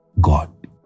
God